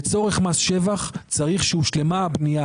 אני יכול לנסות להסביר, הרב גפני?